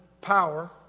power